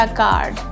card